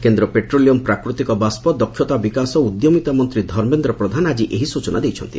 କେନ୍ଦ୍ର ପେଟ୍ରୋଲିୟମ୍ ପ୍ରାକୃତିକ ବାଷ୍ଟ ଦକ୍ଷତା ବିକାଶ ଓ ଉଦ୍ୟମିତା ମନ୍ତୀ ଧର୍ମେନ୍ଦ୍ର ପ୍ରଧାନ ଆକି ଏହି ସ୍ଚନା ଦେଇଛନ୍ତି